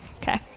Okay